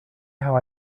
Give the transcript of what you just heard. how